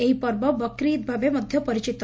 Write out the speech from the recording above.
ଏହି ପର୍ବ ବକ୍ରିଦ୍ ଭାବେ ମଧ୍ଧ ପରିଚିତ